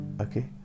okay